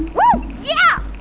woo yeah!